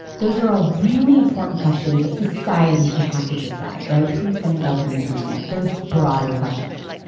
those are all really important questions that society should have to decide right. who is going to govern the internet. those broader questions